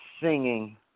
singing